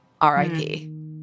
R-I-P